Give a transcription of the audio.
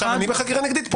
עכשיו אני בחקירה נגדית?